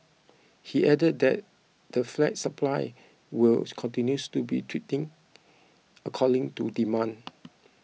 he added that the flat supply will continues to be according to demand